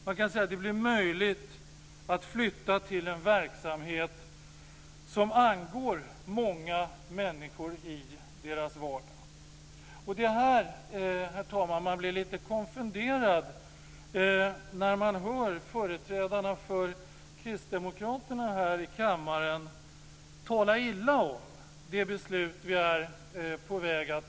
Man kan säga att det blir möjligt att flytta resurser till en verksamhet som angår många människor i deras vardag. Det är här man blir lite konfunderad, herr talman, när man hör företrädarna för Kristdemokraterna här i kammaren tala illa om det beslut vi är på väg att fatta.